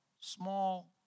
small